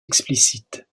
explicite